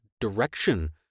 direction